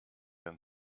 and